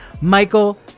Michael